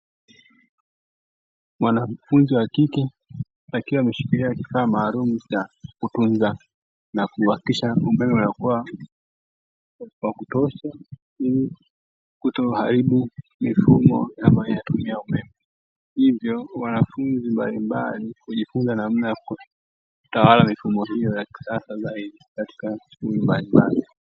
Mwanafunzi wa kike akiwa ameshikilia kifaa maalumu cha kutunza na kuhakikisha umeme unakuwa wa kutosha ili kutoharibu mifumo inayotumia umeme, hivyo wanafunzi mbalimbali hujifunza namna ya kutawala mifumo hiyo ya kisasa zaidi katika mifumo mbalimbali.